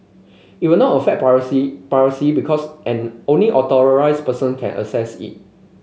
it will not affect privacy privacy because and only authorised person can access it